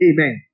Amen